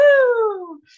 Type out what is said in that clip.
woo